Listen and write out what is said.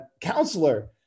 counselor